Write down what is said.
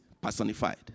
personified